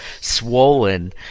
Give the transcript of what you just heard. swollen